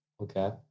Okay